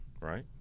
right